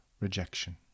rejection